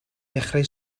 ddechrau